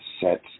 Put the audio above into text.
set